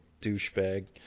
douchebag